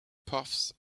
puffs